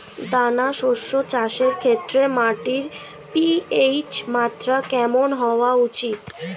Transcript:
দানা শস্য চাষের ক্ষেত্রে মাটির পি.এইচ মাত্রা কেমন হওয়া উচিৎ?